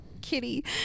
kitty